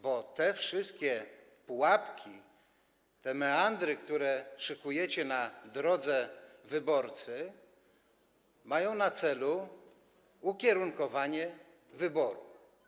Bo te wszystkie pułapki, meandry, które szykujecie na drodze wyborcy, mają na celu ukierunkowanie wyborów.